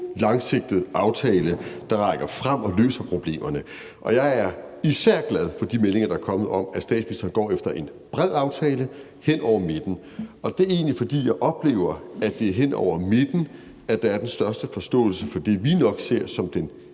langsigtet aftale, der rækker fremad og løser problemerne. Jeg er især glad for de meldinger, der er kommet, om, at statsministeren går efter en bred aftale hen over midten, og det er egentlig, fordi jeg oplever, at det er hen over midten, der er den største forståelse for det, som vi nok ser som den